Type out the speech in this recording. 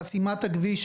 חסימת הכביש,